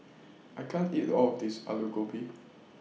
I can't eat All of This Alu Gobi